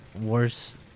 worse